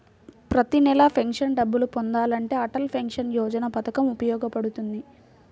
ప్రతి నెలా పెన్షన్ డబ్బులు పొందాలంటే అటల్ పెన్షన్ యోజన పథకం ఉపయోగపడుతుంది